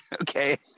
okay